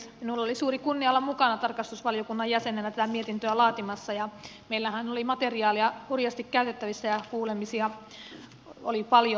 minulla oli suuri kunnia olla mukana tarkastusvaliokunnan jäsenenä tätä mietintöä laatimassa ja meillähän oli materiaalia hurjasti käytettävissä ja kuulemisia oli paljon